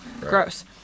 Gross